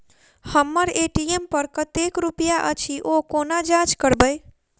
हम्मर ए.टी.एम पर कतेक रुपया अछि, ओ कोना जाँच करबै?